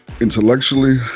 Intellectually